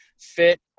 fit